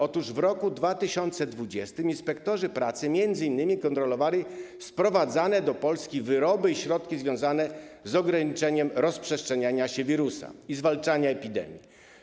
Otóż w roku 2020 inspektorzy pracy m.in. kontrolowali sprowadzane do Polski wyroby i środki związane z ograniczeniem rozprzestrzeniania się wirusa i zwalczaniem epidemii.